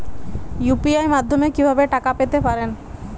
UPI মাধ্যমে কি ভাবে টাকা পেতে পারেন?